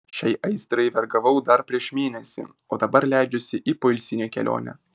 šiai aistrai vergavau dar prieš mėnesį o dabar leidžiuosi į poilsinę kelionę